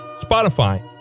Spotify